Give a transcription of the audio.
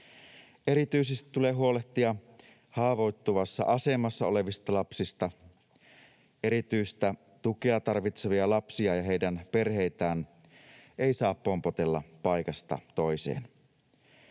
Erityisesti tulee huolehtia haavoittuvassa asemassa olevista lapsista. Erityistä tukea tarvitsevia lapsia ja heidän perheitään ei saa pompotella paikasta toiseen.